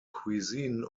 cuisine